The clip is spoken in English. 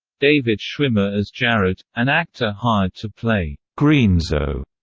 david schwimmer as jared, an actor hired to play greenzo,